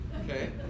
okay